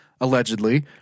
allegedly